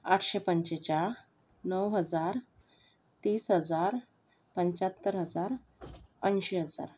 आठशे पंचेचाळ नऊ हजार तीस हजार पंचाहत्तर हजार ऐंशी हजार